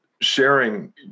sharing